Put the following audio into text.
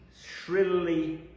shrilly